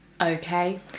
Okay